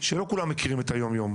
שלא כולם מכירים את היום-יום,